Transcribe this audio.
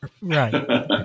Right